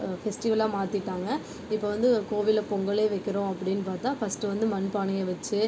ஃபெஸ்டிவல்லாக மாற்றிட்டாங்க இப்போ வந்து கோவிலில் பொங்கலே வைக்கிறோம் அப்படின் பார்த்தா ஃபஸ்ட்டு வந்து மண் பானையை வெச்சு